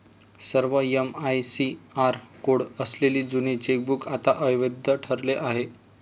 सर्व MICR code असलेले जुने चेकबुक आता अवैध ठरले आहे